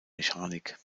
mechanik